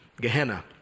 Gehenna